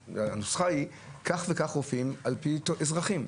הנוסחה היא: כך וכך רופאים על פי אזרחים.